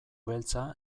beltza